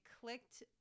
clicked